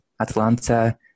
Atlanta